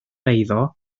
eiddo